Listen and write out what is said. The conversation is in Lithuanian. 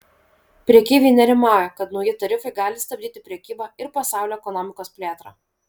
prekeiviai nerimauja kad nauji tarifai gali stabdyti prekybą ir pasaulio ekonomikos plėtrą